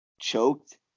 choked